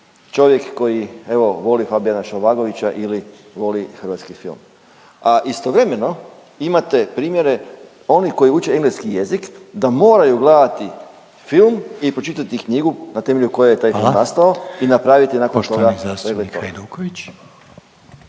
čovjek koji evo voli Fabijana Šovagovića ili voli hrvatski film. A istovremeno imate primjere onih koji uče engleski jezik da moraju gledati film i pročitati knjigu na temelju koje je … …/Upadica Željko Reiner: Hvala./… … taj